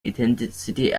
ethnicity